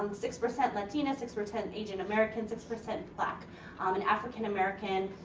and six percent latina, six percent asian-american, six percent black um and african-american.